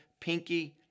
pinky